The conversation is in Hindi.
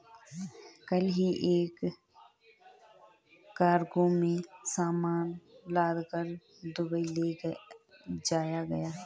कल ही एक कार्गो में सामान लादकर दुबई ले जाया गया